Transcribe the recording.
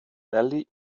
valley